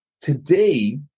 Today